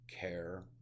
care